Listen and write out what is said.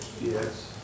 yes